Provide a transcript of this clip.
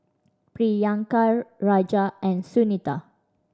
Priyanka Raja and Sunita